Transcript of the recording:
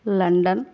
London